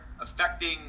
affecting